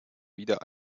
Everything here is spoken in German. wieder